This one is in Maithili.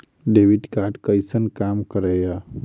डेबिट कार्ड कैसन काम करेया?